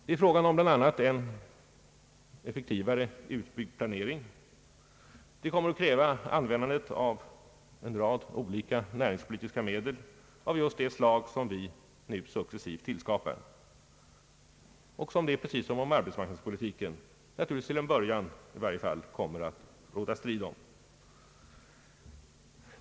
Det blir bland annat fråga om en effektivare planering, och det kommer att krävas användande av en rad olika näringspolitiska medel av det slag som vi nu successivt tillskapar och om vilka — precis som i fråga om arbetsmarknadspolitiken — det naturligtvis i varje fall till en början kommer att råda strid.